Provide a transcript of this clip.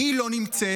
היא לא נמצאת,